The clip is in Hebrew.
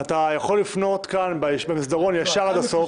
אתה יכול לפנות כאן במסדרון ישר עד הסוף,